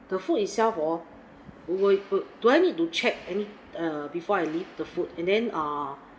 the food itself orh will will do I need to check any err before I leave the food and then err